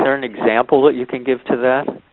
an example that you can give to that?